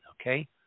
okay